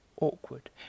awkward